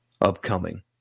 upcoming